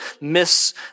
miss